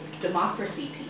democracy